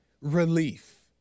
relief